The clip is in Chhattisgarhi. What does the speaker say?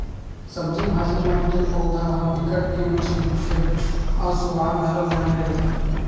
सब्जी भाजी मन के पउधा ह बिकट केवची होथे अउ सुवाद घलोक बने होथे